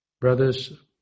Brothers